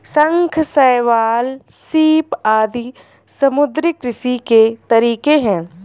शंख, शैवाल, सीप आदि समुद्री कृषि के तरीके है